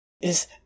is-